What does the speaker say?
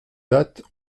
date